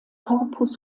corpus